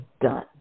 done